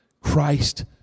Christ